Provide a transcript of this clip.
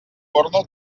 porno